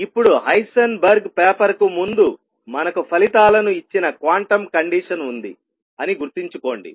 ఇప్పుడు హైసెన్బర్గ్ పేపర్కు ముందు మనకు ఫలితాలను ఇచ్చిన క్వాంటం కండిషన్ ఉంది అని గుర్తుంచుకోండి